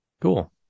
Cool